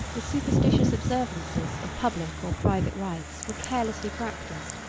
the superstitious observances of public or private rites were carelessly practised,